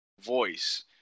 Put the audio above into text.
voice